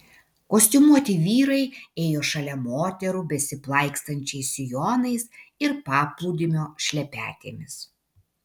kostiumuoti vyrai ėjo šalia moterų besiplaikstančiais sijonais ir paplūdimio šlepetėmis